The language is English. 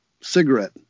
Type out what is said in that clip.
cigarette